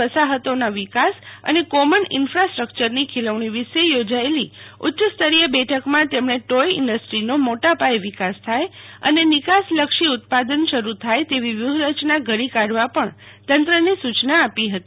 વસાહતોના વિકાસ અને કોમન ઈન્ફાસ્ટ્રકચરની ખીલવણી વિષે યોજાયેલી ઉચ્ચસ્તરીય બેઠકમાં તેમણે ટોય ઈન્ડસ્ટીઝનો મોટાપાયે વિકાસ થાય અને નિકાસલક્ષી ઉત્પાદન શરૂ થાય તેવી વ્યુહરચના ઘડી કાઢવા પણ તંત્રને સૂચના આપી હતી